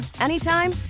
anytime